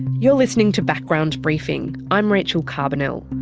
you're listening to background briefing, i'm rachel carbonell.